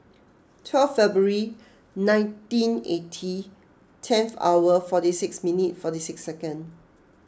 twelve February nineteen eighty tenth hour forty six minutes forty six seconds